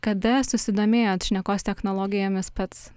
kada susidomėjot šnekos technologijomis pats